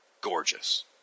gorgeous